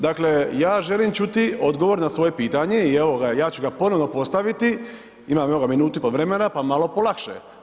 Dakle, ja želim čuti odgovor na svoje pitanje i evo ga, ja ću ga ponovno postaviti, imam evo ga minutu i pol vremena pa malo polakše.